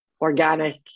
organic